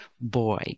boy